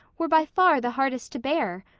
were by far the hardest to bear?